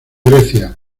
grecia